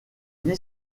vie